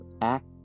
act